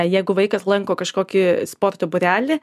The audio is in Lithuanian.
jeigu vaikas lanko kažkokį sporto būrelį